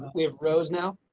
we have rose now.